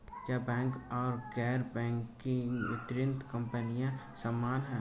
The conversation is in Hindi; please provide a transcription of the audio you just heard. क्या बैंक और गैर बैंकिंग वित्तीय कंपनियां समान हैं?